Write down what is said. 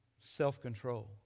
self-control